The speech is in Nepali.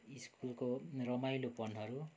स्कुलको रमाइलोपनहरू